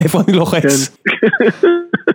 איפה אני לוחץ?